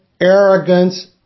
arrogance